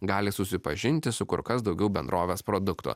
gali susipažinti su kur kas daugiau bendrovės produktų